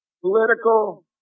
political